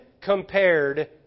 compared